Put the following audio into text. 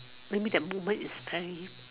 that mean that moment is the